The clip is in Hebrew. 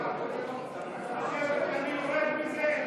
יורד מזה?